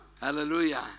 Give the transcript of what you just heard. Hallelujah